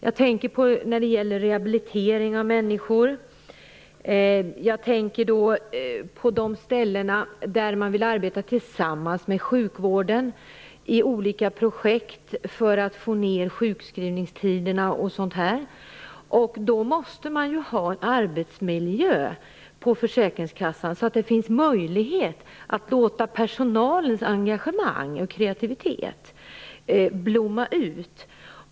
Jag tänker på rehabilitering av människor, på arbete på olika ställen tillsammans med sjukvården i projekt för att få ned sjukskrivningstiderna osv. Man måste under sådana förhållanden på försäkringskassorna ha en arbetsmiljö som ger möjlighet för personalens engagemang och kreativitet att blomma ut.